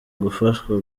gufashwa